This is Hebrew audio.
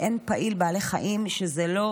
אין פעיל בעלי חיים שזה לא